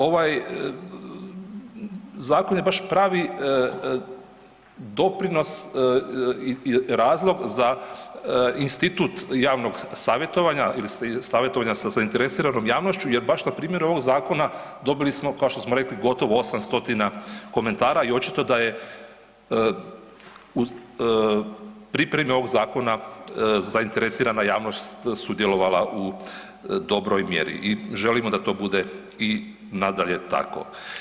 Ovaj zakon je baš pravi doprinos i razlog za institut javnog savjetovanja ili savjetovanja sa zainteresiranom javnošću jer baš na primjeru ovoga zakona dobili smo, kao što smo rekli, gotovo 8 stotina komentara i očito da je u pripremi ovog zakona zainteresirana javnost sudjelovala u dobroj mjeri i želimo da to bude i nadalje tako.